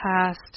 past